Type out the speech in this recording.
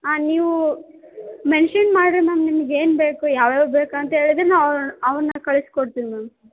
ಆಂ ನೀವು ಮೆನ್ಷನ್ ಮಾಡಿರಿ ಮ್ಯಾಮ್ ನಿಮ್ಗೆ ಏನು ಬೇಕು ಯಾವ ಯಾವ ಬೇಕು ಅಂತೇಳಿದ್ರೆ ನಾವು ಅವನ್ನ ಕಳಿಸಿ ಕೊಡ್ತೀವಿ ಮ್ಯಾಮ್